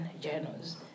journals